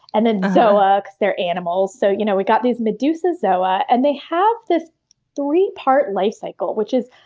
and then zoa because they're animals. so you know we've got these medusozoan, and they have this three-part life cycle which is,